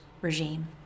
regime